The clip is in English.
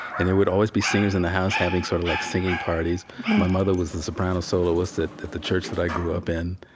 and there would always be singers in the house having sort of like singing parties my mother was the soprano soloist at the church that i grew up in.